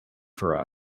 for